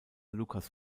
lukas